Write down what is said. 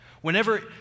Whenever